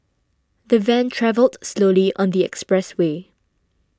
the van travelled slowly on the expressway